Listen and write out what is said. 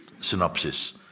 synopsis